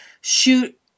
shoot